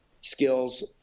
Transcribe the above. skills